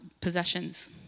possessions